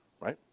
right